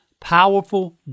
Powerful